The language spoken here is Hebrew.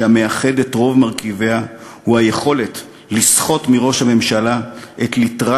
שהמאחד את רוב מרכיביה הוא היכולת לסחוט מראש הממשלה את ליטרת